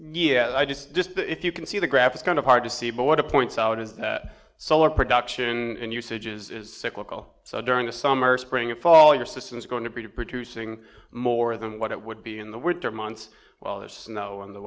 that i just if you can see the graph is kind of hard to see but what a points out is that solar production and usage is cyclical so during the summer spring and fall your system is going to be producing more than what it would be in the words or months well there's snow in the